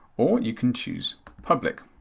or you can choose public.